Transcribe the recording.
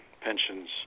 pensions